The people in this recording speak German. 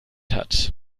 hat